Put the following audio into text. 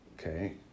Okay